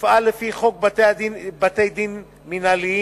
שתפעל לפי חוק בתי-דין מינהליים.